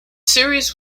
series